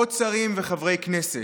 עוד שרים וחברי כנסת.